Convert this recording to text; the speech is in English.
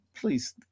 Please